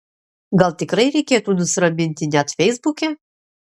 gal tikrai reikėtų nusiraminti net feisbuke